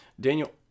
Daniel